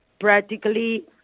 practically